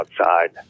outside